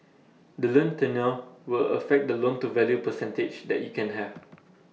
the loan tenure will affect the loan to value percentage that you can have